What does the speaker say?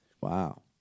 Wow